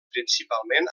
principalment